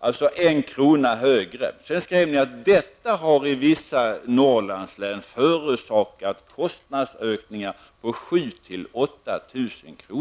Priset ligger alltså 1 kr. högre. Sedan skrev ni att detta i vissa Norrlandslän har förorsakat kostnadsökningar på 7 000--8 000 kr.